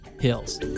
hills